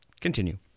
Continue